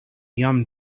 jam